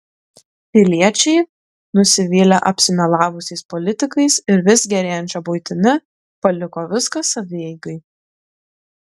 piliečiai nusivylę apsimelavusiais politikais ir vis gerėjančia buitimi paliko viską savieigai